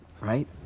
right